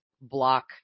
block